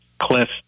Cliff